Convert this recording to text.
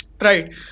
right